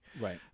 Right